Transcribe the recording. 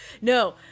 No